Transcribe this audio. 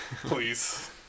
Please